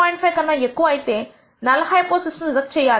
5 కన్నా ఎక్కువ అయితే నల్ హైపోథిసిస్ ను రిజెక్ట్ చేస్తాను